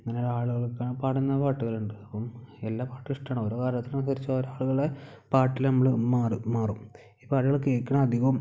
അങ്ങനെ ആളുകളൊക്കെ പാടുന്ന പാട്ടുകളുണ്ട് അപ്പം എല്ലാ പാട്ടും ഇഷ്ടമാണ് ഓരോ കാലത്തിന് അനുസരിച്ചു ഓരോ ആളുകളുടെ പാട്ടിൽ നമ്മൾ മാറും മാറും ഈ പാട്ടുകൾ കേൾക്കുന്നത് അധികം